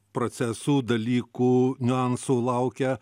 procesų dalykų niuansų laukia